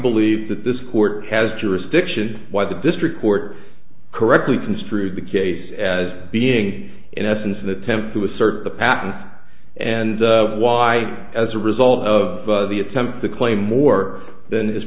believe that this court has jurisdiction why the district court correctly construed the case as being in essence an attempt to assert the patent and why as a result of the attempt to claim more than is